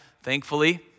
thankfully